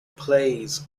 plays